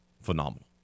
phenomenal